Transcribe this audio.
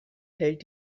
hält